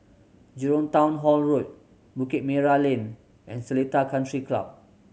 Jurong Town Hall Road Bukit Merah Lane and Seletar Country Club